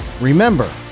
remember